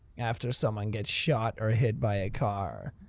after someone gets shot or hit by a car.